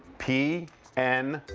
p n